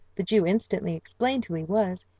the jew instantly explained who he was,